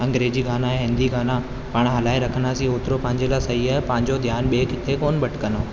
अंग्रेजी गाना ऐं हिंदी गाना पाण हलाए रखंदासीं ओतिरो पंहिंजे लाइ सही आहे पंहिंजो ध्यानु ॿिए किथे कोन भटिकंदो